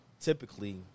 typically